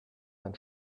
man